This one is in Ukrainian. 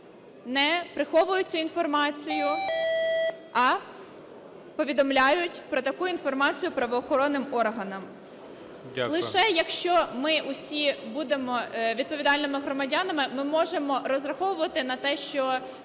не приховують цю інформацію, а повідомляють про таку інформацію правоохоронним органам. Лише якщо ми всі будемо відповідальними громадянами, ми можемо розраховувати на те, що